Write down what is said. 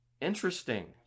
Interesting